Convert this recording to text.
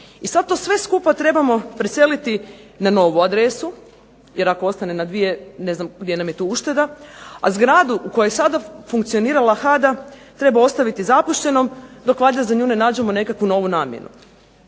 I sad to sve skupa trebamo preseliti na novu adresu jer ako ostane na dvije ne znam gdje nam je tu ušteda, a zgradu u kojoj je sada funkcionirala HADA treba ostaviti zapuštenom dok valjda za nju ne nađemo nekakvu novu namjenu.